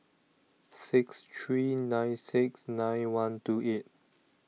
six three nine six nine one two eight